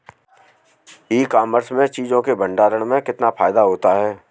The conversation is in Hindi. ई कॉमर्स में चीज़ों के भंडारण में कितना फायदा होता है?